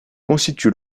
constitue